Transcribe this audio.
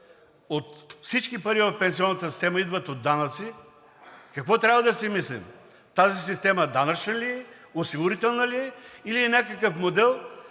от всички пари в пенсионната система идват от данъци, какво трябва да си мислим? Тази система данъчна ли е, осигурителна ли е, или е някакъв модел,